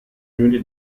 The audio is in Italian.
minuti